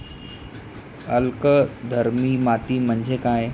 अल्कधर्मी माती म्हणजे काय?